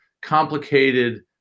complicated